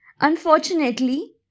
Unfortunately